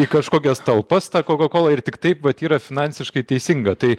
į kažkokias talpas tą koka kolą ir tiktai vat yra finansiškai teisinga tai